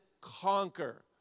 conquer